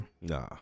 Nah